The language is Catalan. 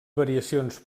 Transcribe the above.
variacions